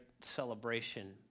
celebration